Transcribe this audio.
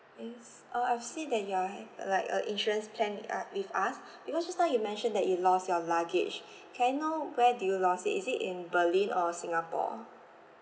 yes uh I see that you are like a insurance plan uh with us because just now you mentioned that you lost your luggage can now where do you lost is it in berlin or singapore